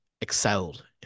excelled